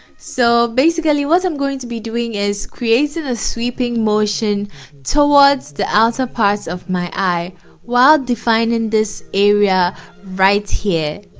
so basically what i'm going to be doing is creating a sweeping motion towards the outer parts of my eye while defining this area right here